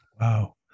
Wow